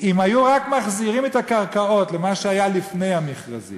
אם היו רק מחזירים את מחירי הקרקעות למה שהיה לפני המכרזים